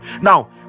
Now